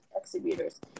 exhibitors